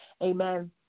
Amen